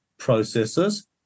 processes